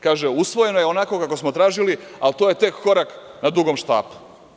Kaže – usvojeno je onako kako smo tražili, ali to je tek korak na dugom štapu.